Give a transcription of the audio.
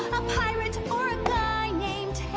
pirate or a guy named